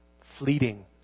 Fleeting